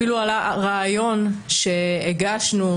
אפילו עלה רעיון שהגשנו